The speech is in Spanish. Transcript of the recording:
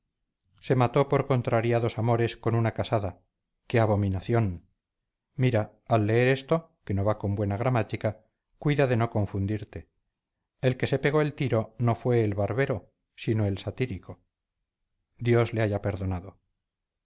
se mató por contrariados amores con una casada qué abominación mira al leer esto que no va con buena gramática cuida de no confundirte el que se pegó el tiro no fue el barbero sino el satírico dios le haya perdonado